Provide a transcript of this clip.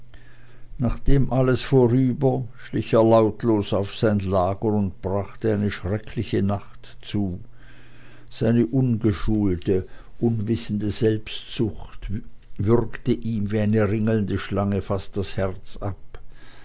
nachdem alles vorüber schlich er lautlos auf sein lager und brachte eine schreckliche nacht zu seine ungeschulte unwissende selbstsucht würgte ihm wie eine ringelnde schlange fast das herz ab